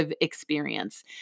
experience